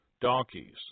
donkeys